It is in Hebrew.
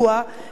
וברשותך,